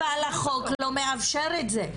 אבל החוק לא מאפשר את זה,